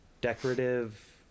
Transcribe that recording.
decorative